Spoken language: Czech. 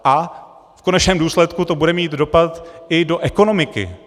V konečném důsledku to bude mít dopad i do ekonomiky.